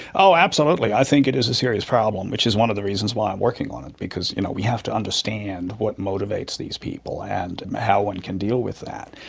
absolutely, i think it is a serious problem, which is one of the reasons why i'm working on it, because you know we have to understand what motivates these people and how one can deal with that.